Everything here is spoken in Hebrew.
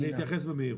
אני אתייחס במהירות,